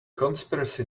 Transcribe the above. conspiracy